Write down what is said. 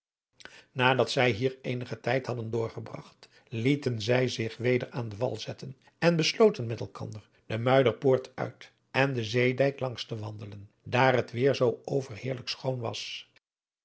nadat zij hier eenigen tijd hadden doorgebragt lieten zij zich weder aan wal zetten en besloten met elkander de muiderpoort uit en den zeedijk langs te wandelen daar het weêr zoo overheerlijk schoon was